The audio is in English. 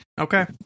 Okay